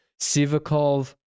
Sivakov